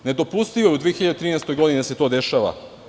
Nedopustivo je u 2013. godini je da se to dešava.